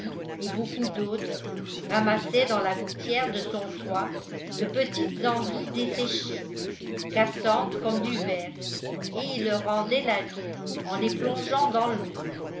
et beaucoup d'autres ramassait dans la gouttière de son toit de petites anguilles desséchées cassantes comme du verre et il leur rendait la vie en les plongeant dans l'eau